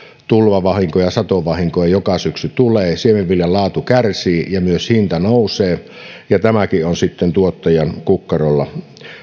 tulvavahinkoja ja satovahinkoja joka syksy tulee siemenviljan laatu kärsii ja myös hinta nousee ja tämäkin on sitten tuottajan kukkarolla